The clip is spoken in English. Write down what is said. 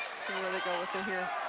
where they go with it here.